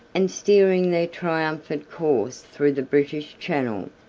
and steering their triumphant course through the british channel,